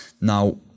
Now